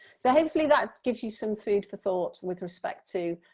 so hopefully that gives you some food for thought with respect to